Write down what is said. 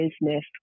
business